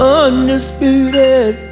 undisputed